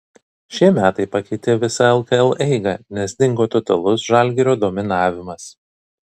šie metai pakeitė visą lkl eigą nes dingo totalus žalgirio dominavimas